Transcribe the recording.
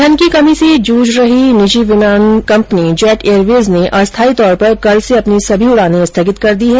धन की कमी से जूझ रही निजी विमानन कंपनी जेट एयरवेज ने अस्थायी तौर पर कल से अपनी सभी उड़ाने स्थगित कर दी हैं